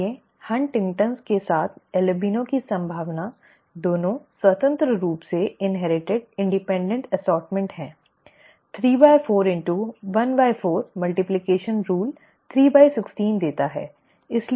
इसलिए Huntington Huntington's के साथ अल्बिनो की संभावना दोनों स्वतंत्र रूप से इन्हेरिटिड independent assortment है ¾ x ¼ गुणन नियम 316 देता है इसलिए यह संभावना है